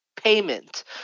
Payment